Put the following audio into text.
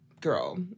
girl